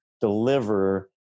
deliver